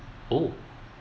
oh